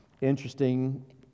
interesting